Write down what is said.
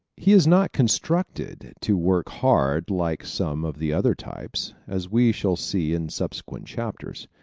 he is not constructed to work hard like some of the other types, as we shall see in subsequent chapters.